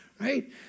Right